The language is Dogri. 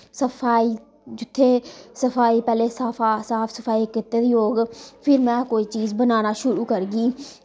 सफाई जुत्थे सफाई पैह्ले साफ सफाई कीती दी होग फिर मैं कोई चीज़ बनाना शुरू करगी